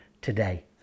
today